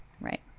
Right